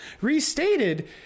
Restated